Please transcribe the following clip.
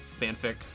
fanfic